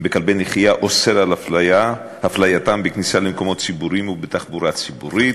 בכלבי נחייה אוסר את הפלייתם בכניסה למקומות ציבוריים ובתחבורה ציבורית.